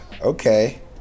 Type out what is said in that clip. okay